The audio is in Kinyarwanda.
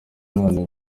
none